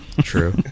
True